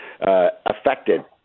affected